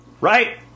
Right